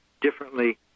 differently